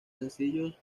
sencillos